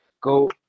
go